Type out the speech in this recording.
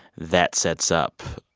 that sets up,